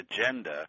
agenda